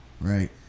right